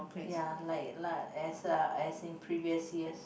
ya like (la) as (a) as in previous years